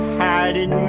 hiding